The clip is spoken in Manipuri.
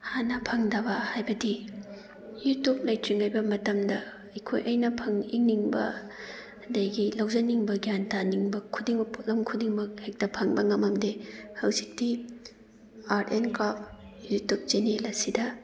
ꯍꯥꯟꯅ ꯐꯪꯗꯕ ꯍꯥꯏꯕꯗꯤ ꯌꯨꯇꯨꯞ ꯂꯩꯇ꯭ꯔꯤꯉꯩ ꯃꯇꯝꯗ ꯑꯩꯈꯣꯏ ꯑꯩꯅ ꯌꯦꯡꯅꯤꯡꯕ ꯑꯗꯨꯒꯩ ꯂꯧꯖꯅꯤꯡꯕ ꯒ꯭ꯌꯥꯟ ꯇꯥꯟꯅꯤꯡꯕ ꯈꯨꯗꯤꯡꯃꯛ ꯄꯣꯠꯂꯝ ꯈꯨꯗꯤꯡꯃꯛ ꯍꯦꯛꯇ ꯐꯪꯕ ꯉꯝꯂꯝꯗꯦ ꯍꯧꯖꯤꯛꯇꯤ art and craft YouTube channel ꯑꯁꯤꯗ